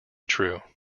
true